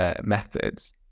methods